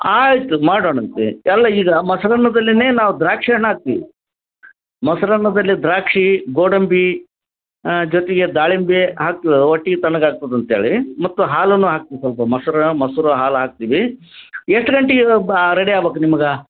ಆಯಿತು ಮಾಡೋಣಂತೆ ಎಲ್ಲ ಈಗ ಮೊಸ್ರನ್ನದಲ್ಲಿನೆ ನಾವು ದ್ರಾಕ್ಷಿ ಹಣ್ಣು ಹಾಕ್ತೀವಿ ಮೊಸರನ್ನದಲ್ಲಿ ದ್ರಾಕ್ಷಿ ಗೋಡಂಬಿ ಜೊತೆಗೆ ದಾಳಿಂಬೆ ಹಾಕಿ ಒಟ್ಟಿಗೆ ತಣ್ಣಗಾಗ್ತದೆ ಅಂತೇಳಿ ಮತ್ತು ಹಾಲನ್ನು ಹಾಕ್ತಿವ್ ಸ್ವಲ್ಪ ಮಸ್ರು ಮೊಸರು ಹಾಲು ಹಾಕ್ತಿವಿ ಎಷ್ಟು ಗಂಟೆಗೆ ಬಾ ರೆಡಿ ಆಗ್ಬೇಕು ನಿಮ್ಗೆ